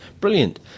brilliant